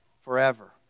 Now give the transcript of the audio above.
forever